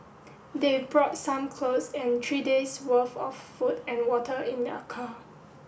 they brought some clothes and three day's worth of food and water in their car